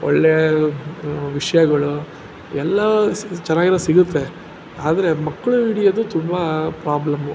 ಒಳ್ಳೆಯ ವಿಷಯಗಳು ಎಲ್ಲ ಸ್ ಚೆನ್ನಾಗಿರೋದ್ ಸಿಗುತ್ತೆ ಆದರೆ ಮಕ್ಕಳು ಹಿಡಿಯೋದು ತುಂಬ ಪ್ರಾಬ್ಲಮ್ಮು